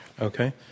Okay